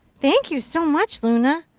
thank you so much luna.